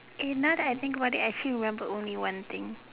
eh now I that think about it I actually remembered only one thing